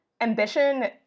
ambition